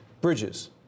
Bridges